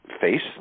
face